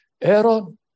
Aaron